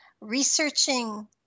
researching